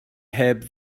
heb